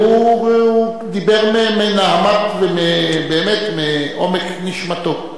הוא דיבר מנהמת, באמת מעומק נשמתו.